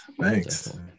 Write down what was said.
Thanks